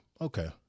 okay